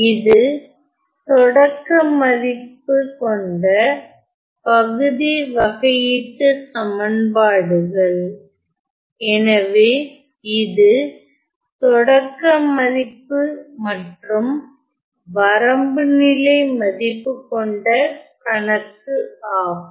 இது தொடக்க மதிப்பு கொண்ட பகுதி வகையீட்டுச் சமன்பாடுகள் எனவே இது தொடக்க மதிப்பு மற்றும் வரம்புநிலை மதிப்பு கொண்ட கணக்கு ஆகும்